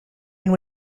and